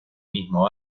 mismo